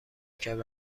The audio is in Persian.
کرد